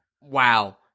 Wow